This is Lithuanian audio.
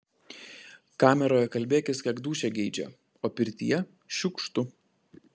kameroje kalbėkis kiek dūšia geidžia o pirtyje šiukštu